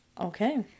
Okay